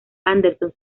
anderson